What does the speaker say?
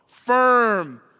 firm